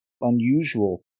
unusual